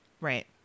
Right